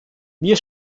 wir